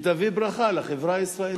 שתביא ברכה לחברה הישראלית.